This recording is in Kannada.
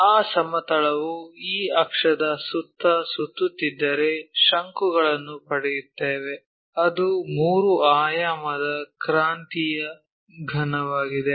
ಆ ಸಮತಲವು ಈ ಅಕ್ಷದ ಸುತ್ತ ಸುತ್ತುತ್ತಿದ್ದರೆ ಶಂಕುಗಳನ್ನು ಪಡೆಯುತ್ತೇವೆ ಅದು ಮೂರು ಆಯಾಮದ ಕ್ರಾಂತಿಯ ಘನವಾಗಿದೆ